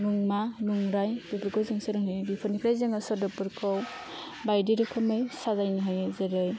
मुंमा मुंराय बेफोरखौ जों सोलोंहोयो बेफोरनिफ्राय जोङो सोदोबफोरखौ बायदि रोखोमै साजायनो हायो जेरै